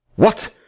what!